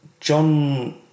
John